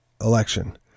election